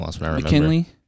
McKinley